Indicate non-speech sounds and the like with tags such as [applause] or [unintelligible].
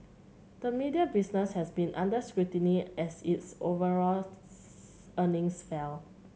the media business has been under scrutiny as its overall [unintelligible] earnings fell